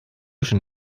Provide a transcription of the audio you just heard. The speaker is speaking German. schon